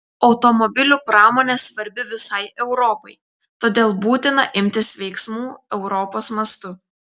automobilių pramonė svarbi visai europai todėl būtina imtis veiksmų europos mastu